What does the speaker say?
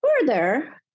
Further